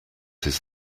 his